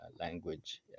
language